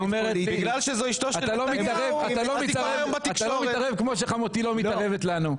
אתה מתערב כמו שחמותי לא מתערבת לנו.